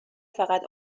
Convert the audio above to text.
فقط